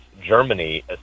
germany